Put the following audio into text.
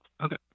Okay